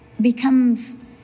becomes